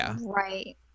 right